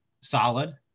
solid